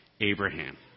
Abraham